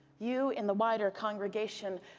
you, in the wider congregation,